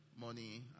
money